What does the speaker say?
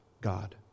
God